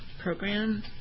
Program